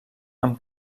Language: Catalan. amb